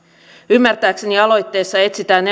ymmärtääkseni aloitteessa etsitään